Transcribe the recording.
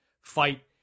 fight